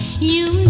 you